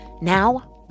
Now